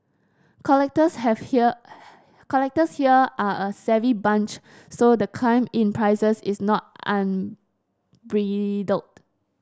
collectors have here collectors here are a savvy bunch so the climb in prices is not unbridled